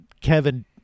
Kevin